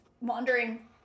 wandering